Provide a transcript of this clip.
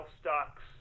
stocks